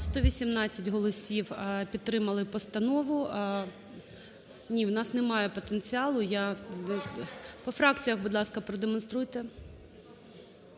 118 голосів підтримали постанову. Ні, у нас нема потенціалу. По фракціях, будь ласка, продемонструйте.